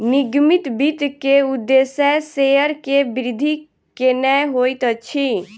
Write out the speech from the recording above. निगमित वित्त के उदेश्य शेयर के वृद्धि केनै होइत अछि